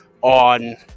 on